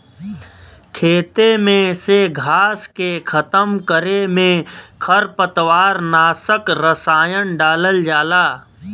खेते में से घास के खतम करे में खरपतवार नाशक रसायन डालल जाला